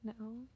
No